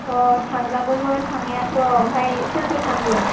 थांजागौमोन थांनायाथ' ओमफाय सोर सोर थांगोन